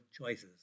choices